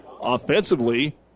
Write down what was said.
offensively